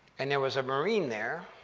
and there was a marine there,